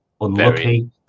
unlucky